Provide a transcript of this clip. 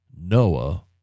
Noah